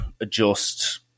adjust